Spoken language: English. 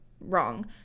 wrong